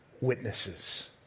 witnesses